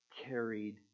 carried